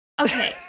Okay